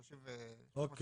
פסקה (3) שנמחקה,